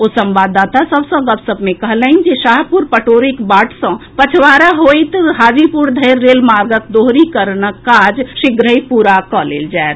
ओ संवाददाता सभ सँ गपशप मे कहलनि जे शाहपुर पटोरीक बाट सँ बछवाड़ा होइत हाजीपुर धरि रेलमार्गक दोहरीकरणक काज शीघ्रहि पूरा कऽ लेल जायत